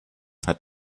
hat